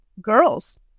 girls